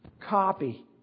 copy